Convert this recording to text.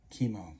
chemo